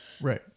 Right